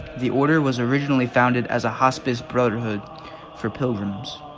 the order was originally founded as a hospice brotherhood for pilgrims.